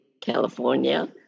California